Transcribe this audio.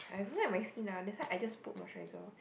I don't like my skin ah that's why I just put moisturiser